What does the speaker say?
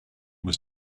was